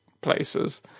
places